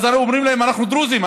ואז אנחנו אומרים להם: אנחנו דרוזים,